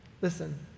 Listen